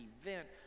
event